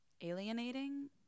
alienating